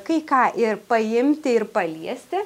kai ką ir paimti ir paliesti